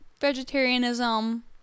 vegetarianism